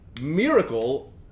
miracle